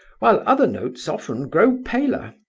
while other notes often grow paler.